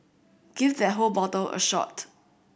give that whole bottle a shot